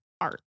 art